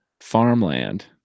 farmland